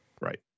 Right